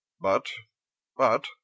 But—but—